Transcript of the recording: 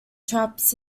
traps